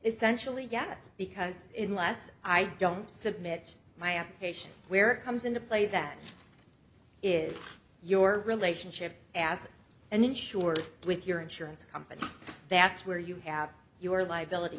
essentially yes because in last i don't submit my application where it comes into play that is your relationship as an insured with your insurance company that's where you have your liability